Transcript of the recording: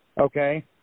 Okay